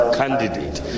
candidate